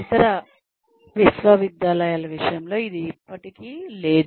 ఇతర విశ్వవిద్యాలయాల విషయంలో ఇది ఇప్పటికీ లేదు